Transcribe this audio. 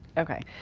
okay,